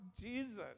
Jesus